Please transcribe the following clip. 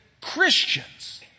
Christians